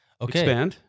Okay